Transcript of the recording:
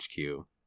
HQ